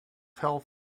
help